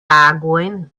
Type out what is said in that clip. tagojn